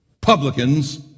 Publicans